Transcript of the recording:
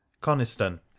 coniston